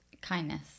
kindness